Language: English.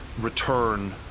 return